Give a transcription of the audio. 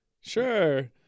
Sure